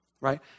right